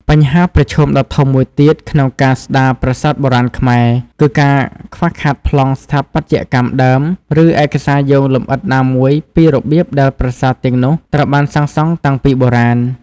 បញ្ហាប្រឈមដ៏ធំមួយទៀតក្នុងការស្ដារប្រាសាទបុរាណខ្មែរ គឺការខ្វះខាតប្លង់ស្ថាបត្យកម្មដើម ឬឯកសារយោងលម្អិតណាមួយពីរបៀបដែលប្រាសាទទាំងនោះត្រូវបានសាងសង់តាំងពីបុរាណ។